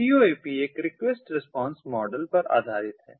CoAP एक request response model पर आधारित है